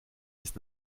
ist